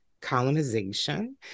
colonization